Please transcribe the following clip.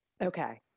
okay